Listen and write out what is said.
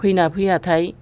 फैयोना फैयाथाय